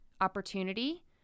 opportunity